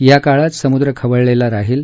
या काळात समुद्र खवळलेला राहील